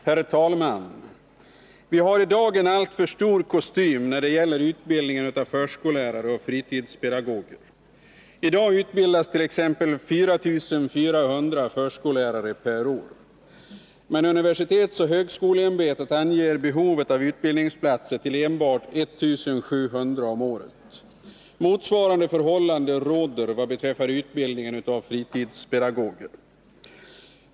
Herr talman! Vi har i dag en alltför stor kostym när det gäller utbildningen av förskollärare och fritidspedagoger. I dag utbildast.ex. 4 400 förskollärare per år. Men universitetsoch högskoleämbetet anger behovet av utbildningsplatser till enbart 1 700 om året. Motsvarande förhållande råder vad beträffar utbildningen av fritidspedagoger.